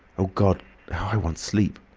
oh, god! how i want sleep!